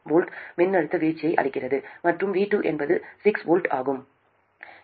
7 V மின்னழுத்த வீழ்ச்சியை அளிக்கிறது மற்றும் V2 என்பது 6 V ஆகும்